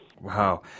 Wow